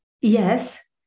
Yes